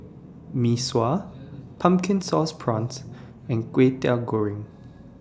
Mee Sua Pumpkin Sauce Prawns and Kwetiau Goreng